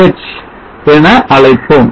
sch என அழைப்போம்